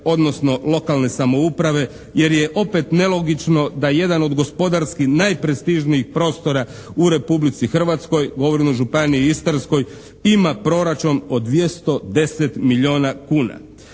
odnosno lokalne samouprave jer je opet nelogično da jedan od gospodarski najprestižnijih prostora u Republici Hrvatskoj, govorim o Županiji istarskoj ima proračun od 210 milijuna kuna.